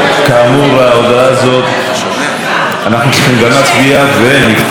על ההודעה הזאת אנחנו צריכים גם להצביע ונפתח בדיון.